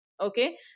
Okay